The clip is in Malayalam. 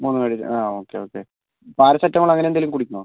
മുഖംകഴുകുക അ ഓക്കെ ഓക്കെ പാരസെറ്റമോൾ അങ്ങനെ എന്തെങ്കിലും കുടിക്കണോ